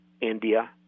India